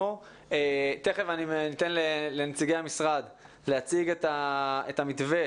תכף אני אתן לנציגי המשרד להציג את המתווה,